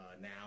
now